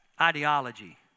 ideology